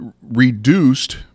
reduced –